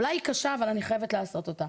אולי היא קשה אבל אני חייבת לעשות אותה.